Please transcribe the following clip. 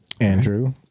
Andrew